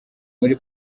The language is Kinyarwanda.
muri